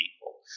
People